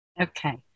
Okay